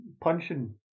punching